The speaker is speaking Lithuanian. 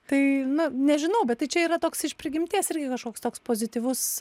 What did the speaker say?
tai nu nežinau bet tai čia yra toks iš prigimties irgi kažkoks toks pozityvus